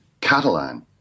Catalan